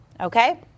Okay